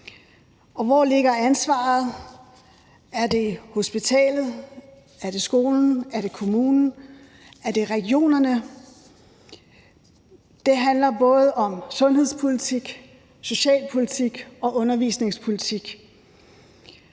Og hvor ligger ansvaret? Er det hospitalet? Er det skolen? Er det kommunen? Er det regionerne? Det handler både om sundhedspolitik, socialpolitik og undervisningspolitik.